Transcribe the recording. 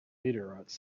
meteorites